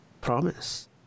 promise